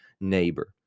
neighbor